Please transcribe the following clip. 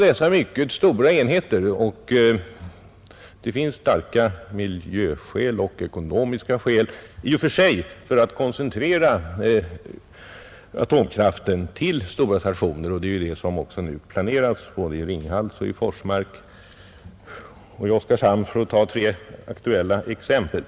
Det finns starka miljöskäl och ekonomiska skäl för att koncentrera atomkraftverken till stora stationer, och sådana planeras nu i Ringhals, i Forsmark och i Oskarshamn, för att ta tre aktuella exempel.